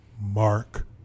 Mark